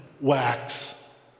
wax